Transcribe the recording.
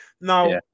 now